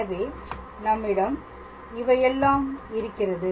எனவே நம்மிடம் இவையெல்லாம் இருக்கிறது